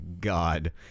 God